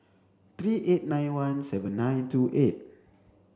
three eight nine one seven nine two eight